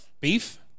Beef